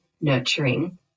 nurturing